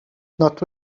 not